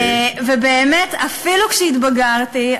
אפילו שהתבגרתי,